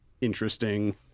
interesting